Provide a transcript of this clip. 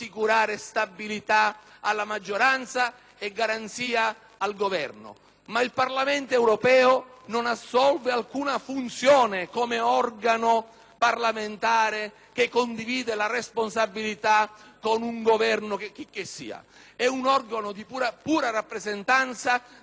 ma il Parlamento europeo non assolve alcuna funzione come organo parlamentare che condivide la responsabilità con un Governo di chicchessia: è organo di pura rappresentanza di territori, di esperienze politiche e culturale, che ha sempre consentito